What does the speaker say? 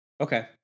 okay